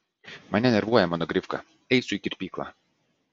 mane nervuoja mano grifka eisiu į kirpyklą